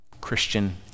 Christian